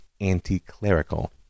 anti-clerical